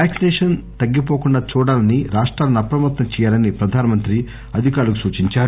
vaccination తగ్గిపోకుండా చూడాలని రాష్టాలను అప్రమత్తం చేయాలని ప్రధానమంత్రి సూచించారు